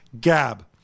gab